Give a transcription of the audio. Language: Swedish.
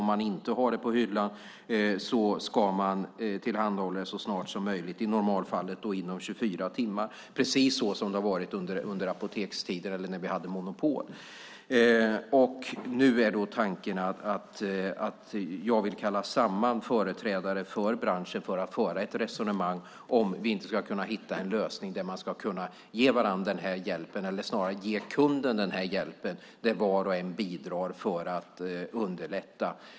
Om man inte har det på hyllan ska man tillhandahålla det så snart som möjligt, i normalfallet inom 24 timmar, precis så som det var när vi hade monopol. Nu vill jag kalla samman företrädare för branschen för att föra ett resonemang och se om vi inte kan hitta en lösning där man ska kunna ge varandra den här hjälpen eller, snarare, ge kunden den här hjälpen och där var och en bidrar för att underlätta.